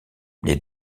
les